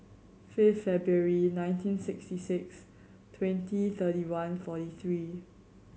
fifth February nineteen sixty six twenty thirty one forty three